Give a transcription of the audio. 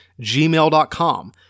gmail.com